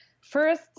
first